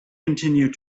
continued